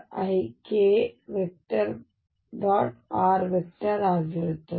r ಆಗಿರುತ್ತದೆ